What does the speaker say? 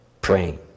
praying